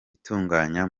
itunganya